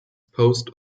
post